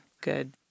good